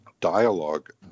dialogue